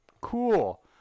cool